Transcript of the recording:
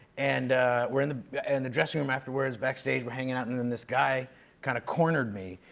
and we're in the and the dressing room afterwards, backstage. we're hanging out. and then this guy kind of cornered me.